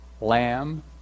lamb